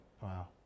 wow